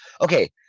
okay